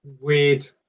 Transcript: weird